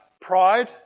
pride